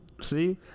See